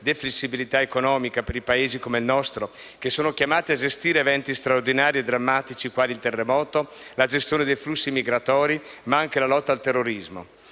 di flessibilità economica per i Paesi come il nostro, che sono chiamati a gestire eventi straordinari e drammatici quali il terremoto, la gestione dei flussi migratori, ma anche la lotta al terrorismo.